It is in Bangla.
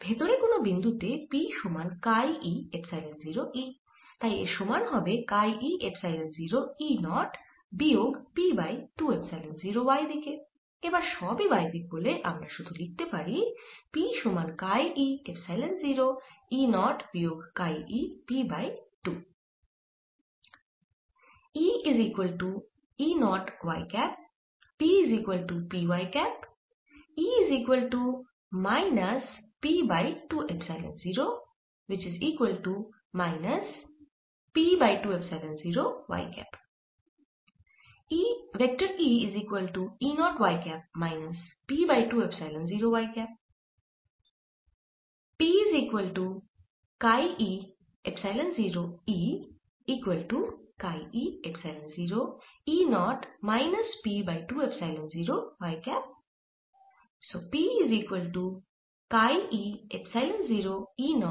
ভেতরে কোন বিন্দু তে P সমান কাই e এপসাইলন 0 E তাই এর সমান হবে কাই e এপসাইলন 0 E 0 বিয়োগ P বাই 2 এপসাইলন 0 y দিকে এবার সবই y দিকে বলে আমরা শুধু লিখতে পারি P সমান কাই e এপসাইলন 0 E0 বিয়োগ কাই e P বাই 2